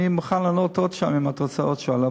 אני מוכן לענות על עוד שאלה אם את רוצה עוד שאלה,